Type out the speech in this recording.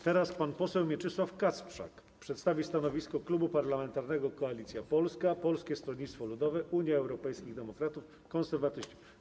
Teraz pan poseł Mieczysław Kasprzak przedstawi stanowisko Klubu Parlamentarnego Koalicja Polska - Polskie Stronnictwo Ludowe, Unia Europejskich Demokratów, Konserwatyści.